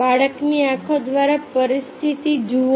બાળકની આંખો દ્વારા પરિસ્થિતિ જુઓ